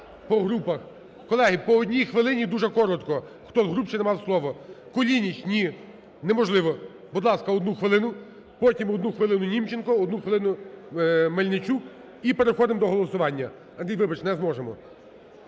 Колеги, по одній хвилині і дуже коротко хто з груп ще не мав слово. Кулініч. Ні, неможливо. Будь ласка, одну хвилину. Потім одну хвилину Німченко, одну хвилину Мельничук, і переходимо до голосування. Андрій, вибачте, не зможемо.